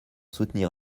soutenir